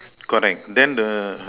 correct then the